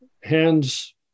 hands